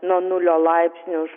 nuo nulio laipsnių